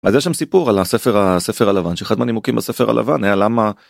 אז יש שם סיפור על הספר, הספר הלבן, שאחד מהנימוקים בספר הלבן היה למה.